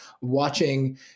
Watching